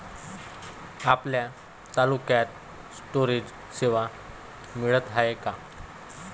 आपल्या तालुक्यात स्टोरेज सेवा मिळत हाये का?